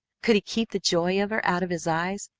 could he keep the joy of her out of his eyes,